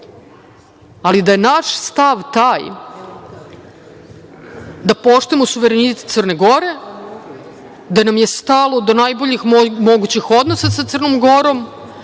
ali da je naš stav taj da poštujemo suverenitet Crne Gore, da nam je stalo do najboljih mogućih odnosa sa Crnom Gorom,